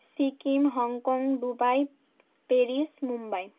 Sikkim Hong Kong Dubai Paris Mumbai